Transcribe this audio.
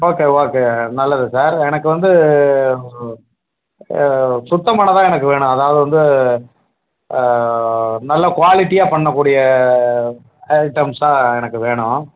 okay okay நல்லது sir எனக்கு வந்து சுத்தமானதாக எனக்கு வேணும் அதாவது வந்து நல்ல குவாலிட்டியாக பண்ணக்கூடிய ஐட்டம்ஸாக எனக்கு வேணும்